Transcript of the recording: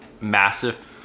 massive